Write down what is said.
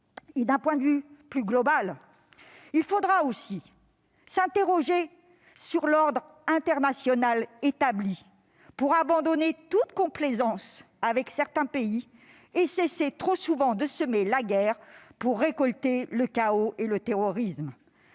D'un point de vue plus global, il faudra s'interroger sur l'ordre international établi pour abandonner toute complaisance avec certains pays et cesser trop souvent de semer la guerre pour récolter le chaos et le terrorisme.